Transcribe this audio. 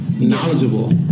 knowledgeable